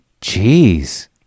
Jeez